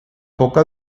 poca